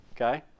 okay